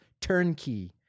turnkey